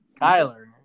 kyler